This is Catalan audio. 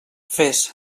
fes